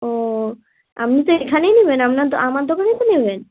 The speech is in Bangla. ও আপনি তো এখানেই নেবেন আপনার তো আমার দোকানেই তো নেবেন